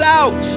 out